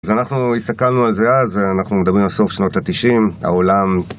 אז אנחנו הסתכלנו על זה אז, אנחנו מדברים על סוף שנות התשעים, העולם...